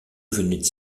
venait